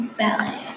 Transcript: ballet